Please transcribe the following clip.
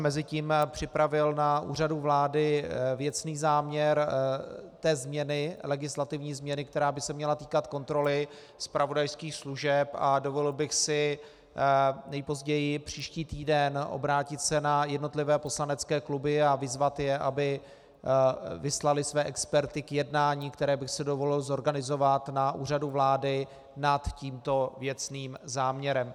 Mezitím jsem připravil na Úřadu vlády věcný záměr té legislativní změny, která by se měla týkat kontroly zpravodajských služeb, a dovolil bych si nejpozději příští týden se obrátit na jednotlivé poslanecké kluby a vyzvat je, aby vyslaly své experty k jednání, které bych si dovolil zorganizovat na Úřadu vlády nad tímto věcným záměrem.